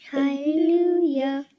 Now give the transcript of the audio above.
Hallelujah